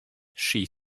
she